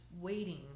waiting